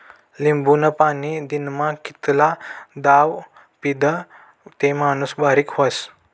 लिंबूनं पाणी दिनमा कितला दाव पीदं ते माणूस बारीक व्हस?